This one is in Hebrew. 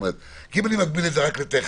כי אם אני מגביל את זה רק לטכני,